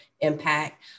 impact